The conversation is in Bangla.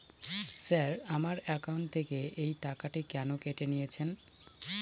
স্যার আমার একাউন্ট থেকে এই টাকাটি কেন কেটে নিয়েছেন?